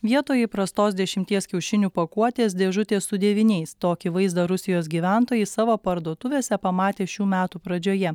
vietoj įprastos dešimties kiaušinių pakuotės dėžutės su devyniais tokį vaizdą rusijos gyventojai savo parduotuvėse pamatė šių metų pradžioje